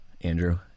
Andrew